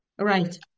Right